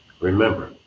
Remember